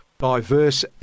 diverse